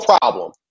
problem